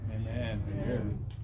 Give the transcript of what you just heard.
Amen